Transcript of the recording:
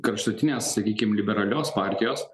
kraštutinės sakykim liberalios partijos